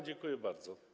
Dziękuję bardzo.